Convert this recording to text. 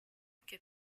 que